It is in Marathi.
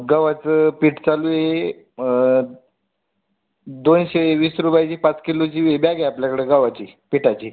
गव्हाचं पीठ चालू आहे दोनशे वीस रुपयाची पाच किलोची बॅग आहे आपल्याकडं गव्हाची पिठाची